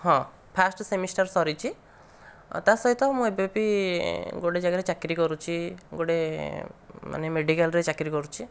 ହଁ first semester ସରିଛି ତା' ସହିତ ମୁଁ ଏବେ ବି ଗୋଟିଏ ଜାଗାରେ ଚାକିରି କରୁଛି ଗୋଟିଏ ମାନେ ମେଡ଼ିକାଲରେ ଚାକିରୀ କରୁଛି